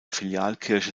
filialkirche